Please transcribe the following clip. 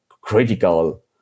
critical